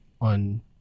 on